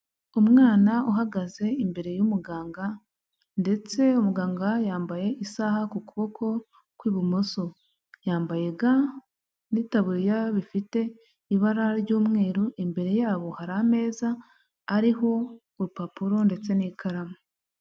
Umwana uhagaze imbere y'umuganga ndetse muganga yambaye isaha ku kuboko kw'ibumoso, yambaye ga n'itaburiya bifite ibara ry'umweru imbere yabo hari ameza ariho urupapuro ndetse n'ikaramu.